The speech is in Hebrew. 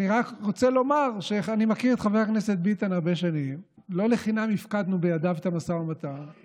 ביטן, תסדר את זה